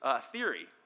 theory